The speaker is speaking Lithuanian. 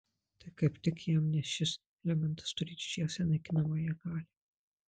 tai kaip tik jam nes šis elementas turi didžiausią naikinamąją galią